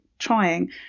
Trying